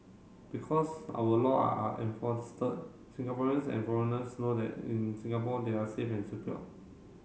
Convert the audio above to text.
because our law are Singaporeans and foreigners know that in Singapore they are safe and secured